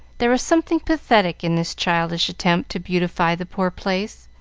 there was something pathetic in this childish attempt to beautify the poor place,